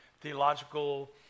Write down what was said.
theological